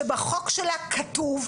שבחוק שלה כתוב,